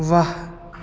वाह